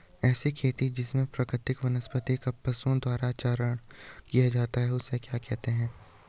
ऐसी खेती जिसमें प्राकृतिक वनस्पति का पशुओं द्वारा चारण किया जाता है उसे क्या कहते हैं?